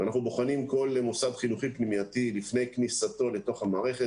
אנחנו בוחנים כל מוסד חינוכי פנימייתי לפני כניסתו אל תוך המערכת,